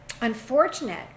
unfortunate